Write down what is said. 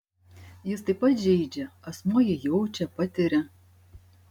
jis taip pat žeidžia asmuo jį jaučia patiria